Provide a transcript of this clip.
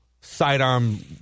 sidearm